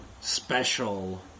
special